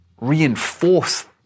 reinforce